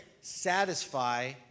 satisfy